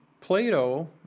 Plato